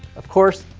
of course,